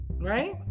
right